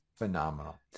phenomenal